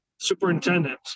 superintendent